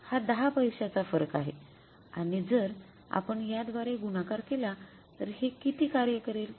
हा १० पैशांचा फरक आहे आणि जर आपण याद्वारे गुणाकार केला तर हे किती कार्य करेल